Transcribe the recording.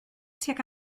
tuag